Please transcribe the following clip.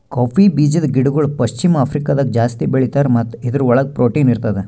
cowpea ಬೀಜದ ಗಿಡಗೊಳ್ ಪಶ್ಚಿಮ ಆಫ್ರಿಕಾದಾಗ್ ಜಾಸ್ತಿ ಬೆಳೀತಾರ್ ಮತ್ತ ಇದುರ್ ಒಳಗ್ ಪ್ರೊಟೀನ್ ಇರ್ತದ